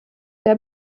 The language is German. der